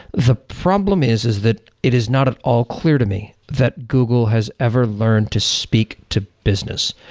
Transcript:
the problem is, is that it is not at all clear to me that google has ever learned to speak to business.